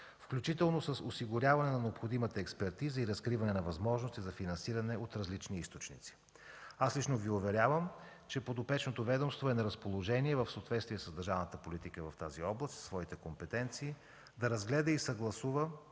включително с осигуряване на необходимата експертиза и разкриване на възможности за финансиране от различни източници. Аз лично Ви уверявам, че подопечното ведомство е на разположение в съответствие с държавната политика в тази област със своите компетенции да разгледа, съгласува